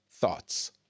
thoughts